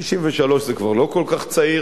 63 זה כבר גיל לא כל כך צעיר,